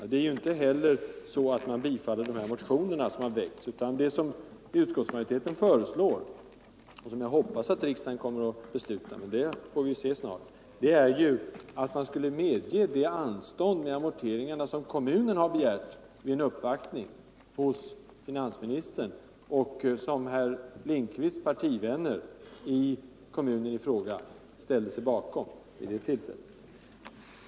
Ett bifall till utskottets hemställan innebär inte heller att de väckta motionerna godkänns, utan det som utskottsmajoriteten föreslår, och som jag hoppas att riksdagen kommer att besluta — det får vi se snart — är att det anstånd med amorteringar skulle medges, som kommunen har begärt vid en uppvaktning hos finansministern, och som herr Lindkvists partivänner i kommunen i fråga ställde sig bakom vid det tillfället.